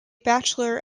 bachelor